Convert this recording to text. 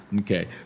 Okay